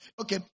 Okay